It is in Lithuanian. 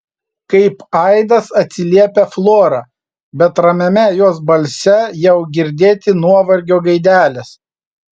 kaip aidas atsiliepia flora bet ramiame jos balse jau girdėti nuovargio gaidelės